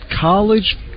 college